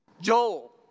Joel